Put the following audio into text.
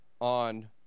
on